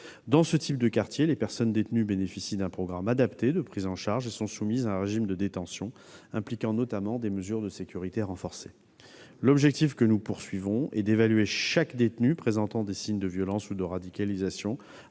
Dans ce type de quartiers, les personnes détenues bénéficient d'un programme adapté de prise en charge et sont soumises à un régime de détention impliquant notamment des mesures de sécurité renforcée. L'objectif que nous visons est d'évaluer chaque détenu présentant des signes de violence ou de radicalisation,